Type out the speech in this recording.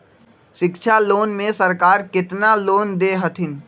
शिक्षा लोन में सरकार केतना लोन दे हथिन?